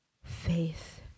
Faith